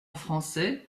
français